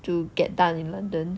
to get done in london